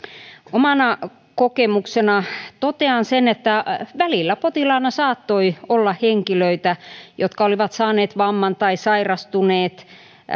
omana kokemuksena totean sen että välillä potilaana saattoi olla henkilöitä jotka olivat saaneet vamman tai sairastuneet